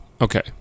Okay